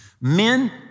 Men